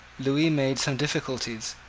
lewis made some difficulties,